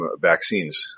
vaccines